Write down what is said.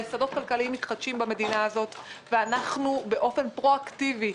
היסודות הכלכליים מתחדשים במדינה הזאת ואנחנו באופן פרואקטיבי,